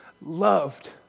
loved